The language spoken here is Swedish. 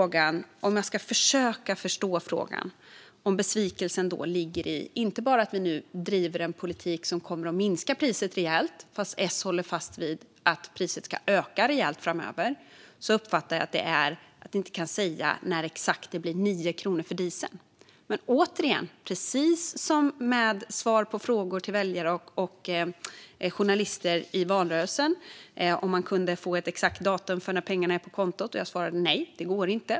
Om jag ska försöka förstå frågan undrar jag om besvikelsen ligger i att vi nu driver en politik som kommer att minska priset rejält, fast S håller fast vid att priset ska öka rejält framöver. Så uppfattar att jag att det är: Ni kan inte säga exakt när det blir 9 kronor mer för dieseln. Under valrörelsen frågade väljare och journalister om man kunde få ett exakt datum när pengarna är på kontot. Jag svarade att nej, det går inte.